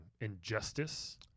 Injustice